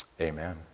amen